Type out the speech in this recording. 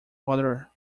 other